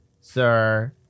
Sir